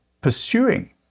pursuing